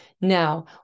Now